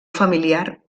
familiar